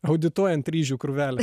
audituojant ryžių krūvelę